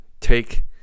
take